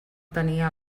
tenia